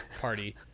party